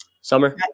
Summer